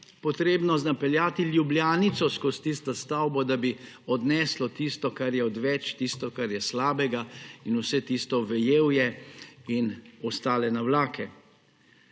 potrebno napeljati Ljubljanico skozi tisto stavbo, da bi odneslo tisto, kar je odveč, tisto, kar je slabega, in vse tisto vejevje in ostale navlake.